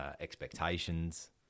expectations